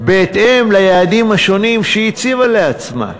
בהתאם ליעדים השונים שהיא הציבה לעצמה.